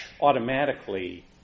automatically